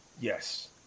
Yes